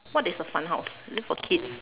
what is a fun house is it for kids